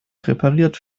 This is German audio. repariert